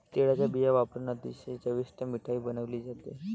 तिळाचा बिया वापरुन अतिशय चविष्ट मिठाई बनवली जाते